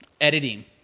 Editing